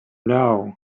now